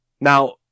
now